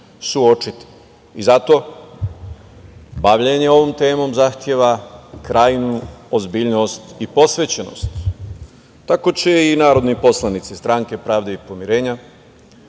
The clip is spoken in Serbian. suočiti. Zato, bavljenje ovom temom zahteva krajnju ozbiljnost i posvećenost. Tako će i narodni poslanici Stranke pravde i pomirenja